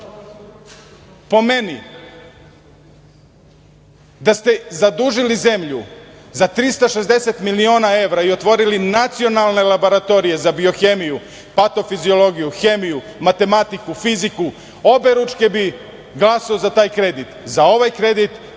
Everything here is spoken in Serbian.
meni, da ste zadužili zemlju za 360 miliona evra i otvorili nacionalne laboratorije za biohemiju, patofiziologiju, hemiju, matematiku, fiziku, oberučke bih glasao za taj kredit. Za ovaj kredit